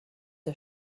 der